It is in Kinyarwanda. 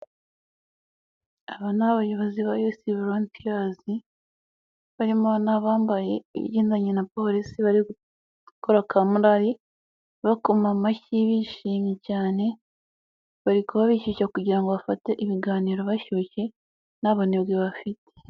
Aba ni abayobozi ba yufu vorotiyazi barimo n'abambaye ibigendanye na Polisi bari gukora kamorali bakoma amashyi, bishimye cyane bari kuba bishyushya kugira ngo bafate ibiganiro bashyushye nta bunebwe bafite.